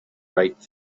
right